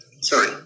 sorry